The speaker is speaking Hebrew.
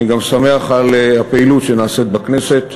אני גם שמח על הפעילות שנעשית בכנסת,